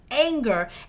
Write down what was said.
anger